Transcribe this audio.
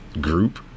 group